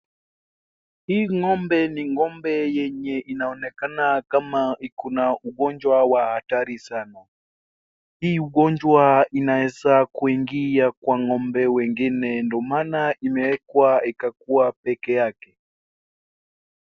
Hii ng'ombe ni ng'ombe yenye inaonekana kama iko na ugonjwa wa hatari sana hii ugonjwa inaweza kuingia kwa ng'ombe wengine ndio maana amewekwa ikakua peke yake.